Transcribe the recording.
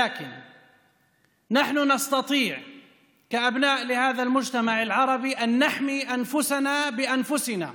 אבל אנחנו יכולים כבני החברה הערבית להגן על עצמנו בעצמנו,